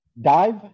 Dive